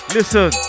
Listen